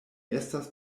estas